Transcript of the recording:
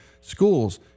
schools